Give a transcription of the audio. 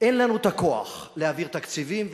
אין לנו הכוח להעביר תקציבים,